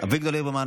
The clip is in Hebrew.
אביגדור ליברמן,